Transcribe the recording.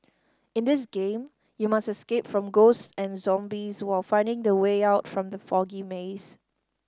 in this game you must escape from ghosts and zombies while finding the way out from the foggy maze